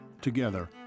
Together